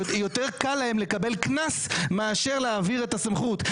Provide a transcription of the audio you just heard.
יותר קל להם לקבל קנס מאשר להעביר את הסמכות.